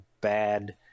bad